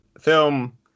film